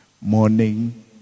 morning